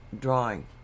drawing